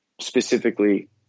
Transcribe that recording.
specifically